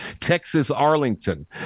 Texas-Arlington